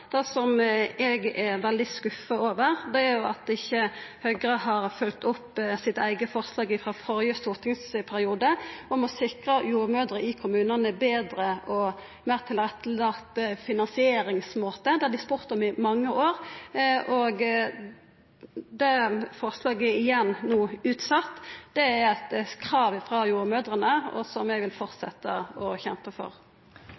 Det som eg er veldig skuffa over, er at ikkje Høgre har følgt opp sitt eige forslag frå førre stortingsperiode om å sikra jordmødrene i kommunane ein betre og meir tilrettelagd finansieringsmåte. Det har dei spurt om i mange år, og det forslaget er no igjen utsett. Det er eit krav frå jordmødrene som eg vil fortsetja å kjempa for.